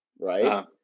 right